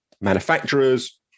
manufacturers